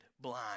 blind